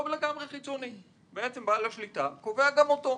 הוא לא לגמרי חיצוני, כי בעל השליטה קובע גם אותו.